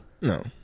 No